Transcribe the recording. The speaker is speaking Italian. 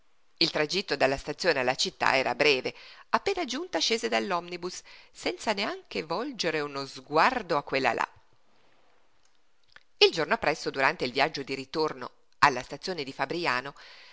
il tragitto dalla stazione alla città era breve appena giunta scese dall'omnibus senza neanche volgere uno sguardo a quella là il giorno appresso durante il viaggio di ritorno alla stazione di fabriano